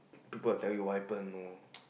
people will tell you why happen you know